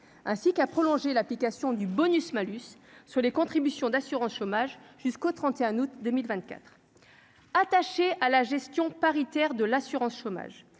ainsi qu'à prolonger l'application du bonus-malus sur les contributions d'assurance chômage, jusqu'au 31 août 2024 attachée à la gestion paritaire de l'assurance chômage,